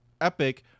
Epic